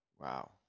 wow